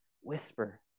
whisper